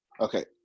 okay